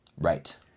Right